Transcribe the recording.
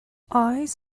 eyes